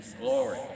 Glory